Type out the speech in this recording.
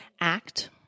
act